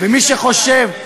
ומי שחושב,